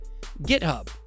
GitHub